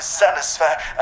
satisfied